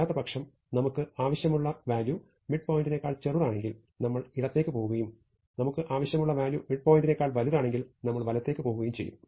അല്ലാത്തപക്ഷം നമുക്ക് ആവശ്യമുള്ള വാല്യൂ മിഡ് പോയിന്റിനേക്കാൾ ചെറുതാണെങ്കിൽ നമ്മൾ ഇടത്തേക്ക് പോകുകയും നമുക്ക് ആവശ്യമുള്ള വാല്യൂ മിഡ് പോയിന്റിനേക്കാൾ വലുതാണെങ്കിൽ നമ്മൾ വലത്തേക്ക് പോകുകയും ചെയ്യും